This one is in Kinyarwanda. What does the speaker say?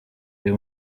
uyu